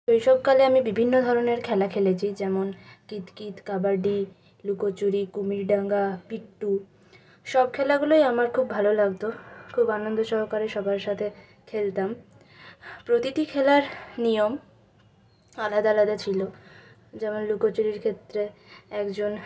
শৈশবকালে আমি বিভিন্ন ধরনের খেলা খেলেছি যেমন কিৎ কিৎ কাবাডি লুকোচুরি কুমিরডাঙ্গা পিট্টু সব খেলাগুলোই আমার খুব ভালো লাগতো খুব আনন্দ সহকারে সবার সাথে খেলতাম প্রতিটি খেলার নিয়ম আলাদা আলাদা ছিল যেমন লুকোচুরির ক্ষেত্রে একজন